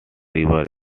river